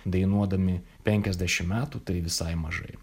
dainuodami penkiasdešim metų tai visai mažai